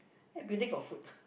that building got food